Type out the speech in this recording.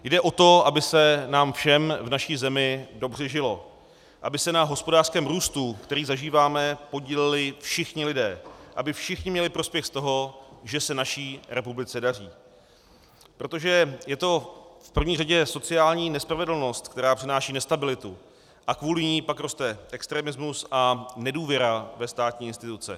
Jde o to, aby se nám všem v naší zemi dobře žilo, aby se na hospodářském růstu, který zažíváme, podíleli všichni lidé, aby všichni měli prospěch z toho, že se naší republice daří, protože je to v první řadě sociální nespravedlnost, která přináší nestabilitu, a kvůli ní pak roste extremismus a nedůvěra ve státní instituce.